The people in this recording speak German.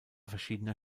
verschiedener